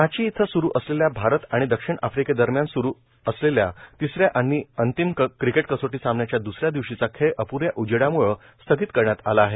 रांची इथं सुरू असलेल्या भारत आणि दक्षिण आफ्रिकेदरम्यान सुरू असलेल्या तिस या आणि अंतिम क्रिकेट कसोटी सामन्याच्या दस या दिवशीचा खेळ अप् या उजेडामुळे स्थगित करण्यात आला आहे